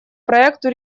проекту